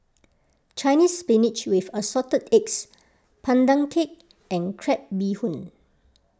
Chinese Spinach with Assorted Eggs Pandan Cake and Crab Bee Hoon